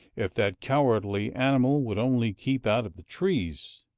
if that cowardly animal would only keep out of the trees,